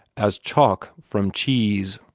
as chalk from cheese!